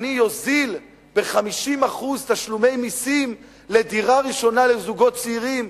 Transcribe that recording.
אני אוזיל ב-50% תשלומי מסים על דירה ראשונה לזוגות צעירים,